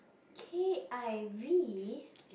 K_I_V